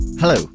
Hello